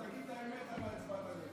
תגיד את האמת למה הצבעת נגד.